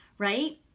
right